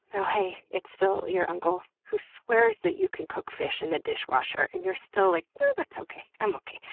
oh heeey, it's still your uncle who swears that you can cook fish in the dishwasher and you're still like, ah that's okay, i'm okay,